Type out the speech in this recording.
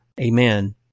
Amen